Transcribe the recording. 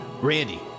Randy